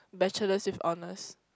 bachelors with honors